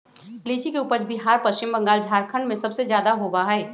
लीची के उपज बिहार पश्चिम बंगाल झारखंड में सबसे ज्यादा होबा हई